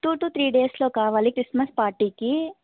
two to three డేస్లో కావాలి Christmas పార్టీకి